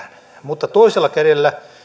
mutta toisella kädellä